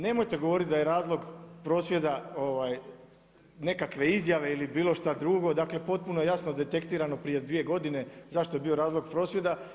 Nemojte govoriti da je razlog prosvjeda ovaj nekakve izjave ili bilo šta drugo, dakle potpuno jasno detektirano prije dvije godine zašto je bio razlog prosvjeda.